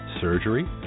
surgery